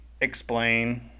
explain